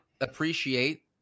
appreciate